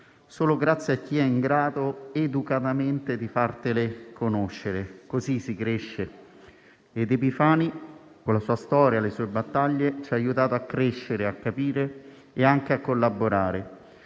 solo grazie a chi è in grado, educatamente, di farle conoscere. Così si cresce ed Epifani, con la sua storia e le sue battaglie, ci ha aiutato a crescere, a capire e a collaborare.